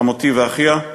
חמותי ואחיה,